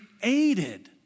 created